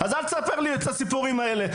אז אל תספר לי את הסיפורים האלה.